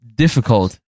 Difficult